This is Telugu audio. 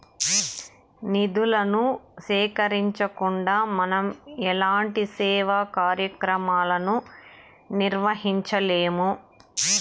నిధులను సేకరించకుండా మనం ఎలాంటి సేవా కార్యక్రమాలను నిర్వహించలేము